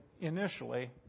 initially